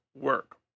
work